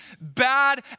bad